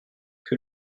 que